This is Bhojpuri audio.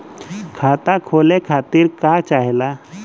खाता खोले खातीर का चाहे ला?